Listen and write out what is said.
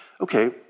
okay